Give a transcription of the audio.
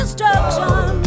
Destruction